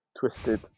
twisted